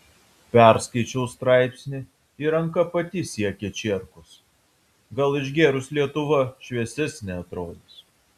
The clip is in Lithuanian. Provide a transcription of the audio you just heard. perskaičiau straipsnį ir ranka pati siekia čierkos gal išgėrus lietuva šviesesne atrodys